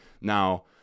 Now